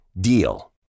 DEAL